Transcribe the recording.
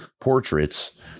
portraits